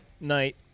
night